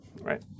right